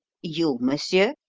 you, monsieur?